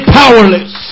powerless